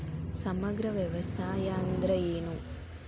ಸಮಗ್ರ ವ್ಯವಸಾಯ ಅಂದ್ರ ಏನು?